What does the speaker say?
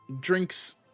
drinks